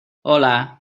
hola